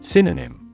Synonym